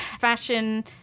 fashion